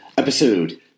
episode